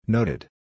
Noted